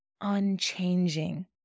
unchanging